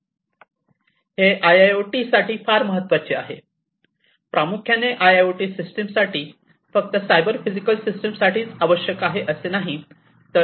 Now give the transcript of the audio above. हे I I O टीसाठी फार महत्वाचे आहे प्रामुख्याने I I O T system साठी पण फक्त सायबर फिजिकल सिस्टीमसाठीच आवश्यक आहे असे नाही